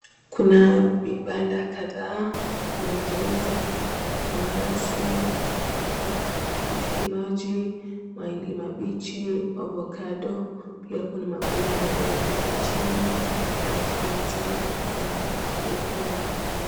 Kuna vibanda kadhaa zinavyouza nanasi, tikiti maji, mahindi mabichi, ovacado pia kuna magunia yaliyoekezwa chini na kreti za nyekundu.